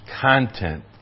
content